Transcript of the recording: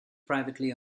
privately